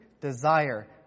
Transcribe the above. desire